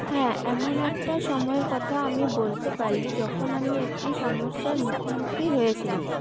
হ্যাঁ এমন একটা সময়ের কথা আমি বলতে পারি যখন আমি একটি সমস্যার মুখোমুখি হয়েছিলাম